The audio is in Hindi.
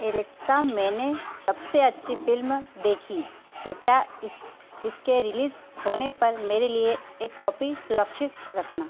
एलेक्सा मैंने सबसे अच्छी फ़िल्म देखी कृपया इस इसके रिलीज़ होने पर मेरे लिए एक कॉपी सुरक्षित रखना